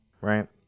Right